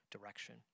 direction